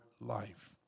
life